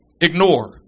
Ignore